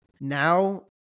Now